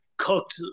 cooked